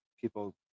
people